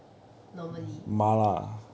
normally